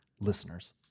listeners